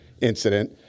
incident